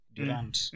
Durant